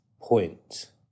point